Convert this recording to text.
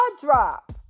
drop